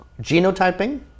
genotyping